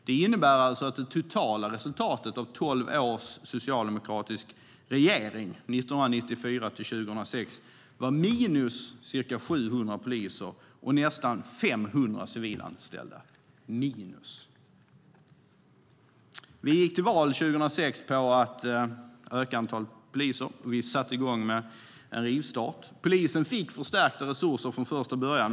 Det innebär alltså att det totala resultatet av tolv år med socialdemokratisk regering, 1994-2006, var minus ca 700 poliser och nästan 500 civilanställda. Vi gick till val 2006 på att öka antalet poliser, och vi gjorde en rivstart. Polisen fick förstärkta resurser från första början.